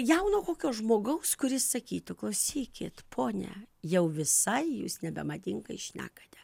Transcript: jauno kokio žmogaus kuris sakytų klausykit ponia jau visai jūs nebemadingai šnekate